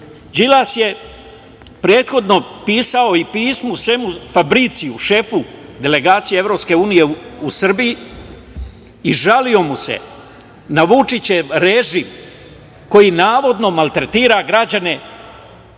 radi? Đilas je prethodno pisao i pismo Semu Fabriciju, šefu delegacije EU u Srbiji i žalio mu se na Vučićev režim koji, navodno, maltretira građane